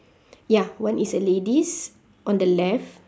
ya one is a lady's on the left